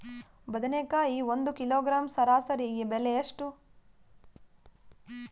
ಬದನೆಕಾಯಿ ಒಂದು ಕಿಲೋಗ್ರಾಂ ಸರಾಸರಿ ಬೆಲೆ ಎಷ್ಟು?